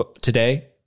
today